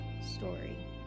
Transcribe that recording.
story